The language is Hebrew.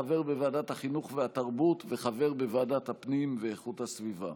חבר בוועדת החינוך והתרבות וחבר בוועדת הפנים ואיכות הסביבה.